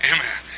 Amen